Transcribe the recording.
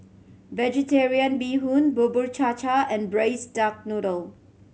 Vegetarian Bee Hoon Bubur Cha Cha and Braised Duck Noodle